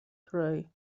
pray